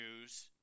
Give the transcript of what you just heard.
news